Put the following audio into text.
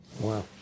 Wow